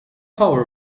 power